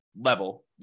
level